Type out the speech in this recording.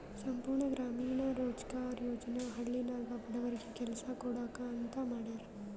ಸಂಪೂರ್ಣ ಗ್ರಾಮೀಣ ರೋಜ್ಗಾರ್ ಯೋಜನಾ ಹಳ್ಳಿನಾಗ ಬಡವರಿಗಿ ಕೆಲಸಾ ಕೊಡ್ಸಾಕ್ ಅಂತ ಮಾಡ್ಯಾರ್